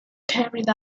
carried